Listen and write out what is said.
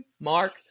Mark